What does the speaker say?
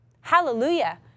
Hallelujah